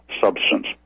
substance